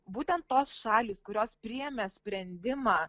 būtent tos šalys kurios priėmė sprendimą